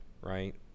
right